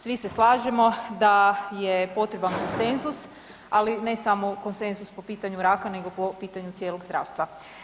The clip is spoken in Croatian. Svi se slažemo da je potreban konsenzus, ali ne samo konsenzus po pitanju raka, nego po pitanju cijelog zdravstva.